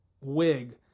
wig